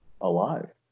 alive